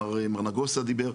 מר נגוסה דיבר,